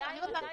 מתי זה יקרה?